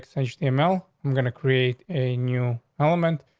essentially, mel, i'm going to create a new element,